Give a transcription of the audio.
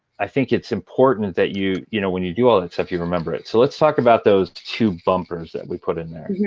i think it's important that you know when you do all that stuff you remember it. so let's talk about those two bumpers that we put in there.